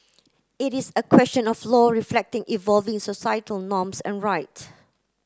it is a question of law reflecting evolving societal norms and right